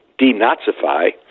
denazify